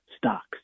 stocks